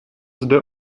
zde